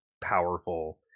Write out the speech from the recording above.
powerful